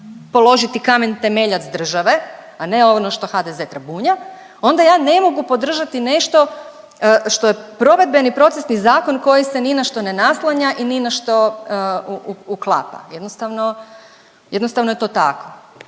položiti kamen temeljac države, a ne ono što HDZ trabunja, onda ja ne mogu podržati nešto što je provedbeni procesni zakon koji se ni na što ne naslanja i ni na što uklapa. Jednostavno je to tako,